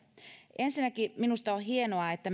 ensinnäkin minusta on hienoa että